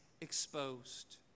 exposed